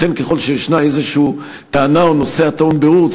לכן, ככל שישנה טענה כלשהי או נושא הטעון בירור,